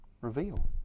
reveal